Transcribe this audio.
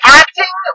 acting